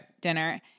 dinner